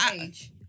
age